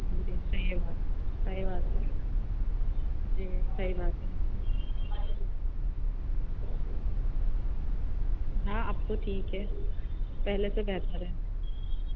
جی صحیح بات صحیح بات ہے جی صحیح بات ہے ہاں اب تو ٹھیک ہے پہلے سے بہتر ہے